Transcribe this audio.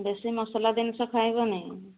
ବେଶୀ ମସଲା ଜିନିଷ ଖାଇବନି